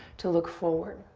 to look forward.